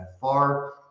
far